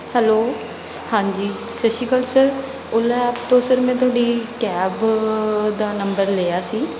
hello ਹਾਂਜੀ ਸਤਿ ਸ਼੍ਰੀ ਅਕਾਲ ਸਰ ਓਲਾ ਐਪ ਤੋਂ ਸਰ ਮੈਂ ਤੁਹਾਡੀ ਕੈਬ ਦਾ ਨੰਬਰ ਲਿਆ ਸੀ